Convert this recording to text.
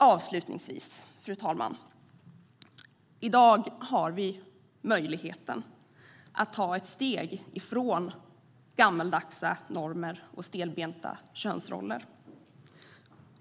Avslutningsvis, fru talman: Vi har i dag möjlighet att ta ett steg bort från gammaldags normer och stelbenta könsroller.